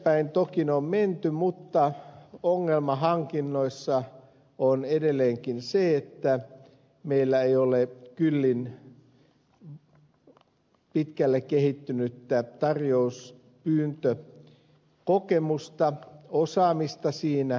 eteenpäin toki on menty mutta ongelma hankinnoissa on edelleenkin se että meillä ei ole kyllin pitkälle kehittynyttä tarjouspyyntökokemusta osaamista siinä